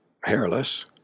hairless